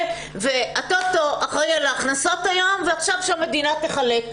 והטוטו אחראי על ההכנסות היום ועכשיו שהמדינה תחלק.